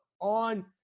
on